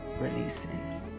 releasing